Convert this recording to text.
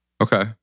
Okay